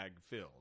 filled